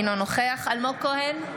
אינו נוכח אלמוג כהן,